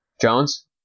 Jones